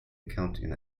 accounting